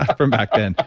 ah from back then.